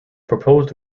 proposed